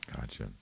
Gotcha